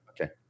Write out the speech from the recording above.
Okay